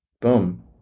boom